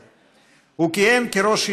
כאמור,